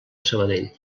sabadell